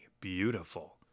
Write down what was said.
beautiful